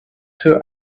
two